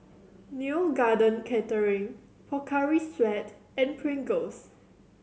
Neo Garden Catering Pocari Sweat and Pringles